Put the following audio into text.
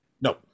No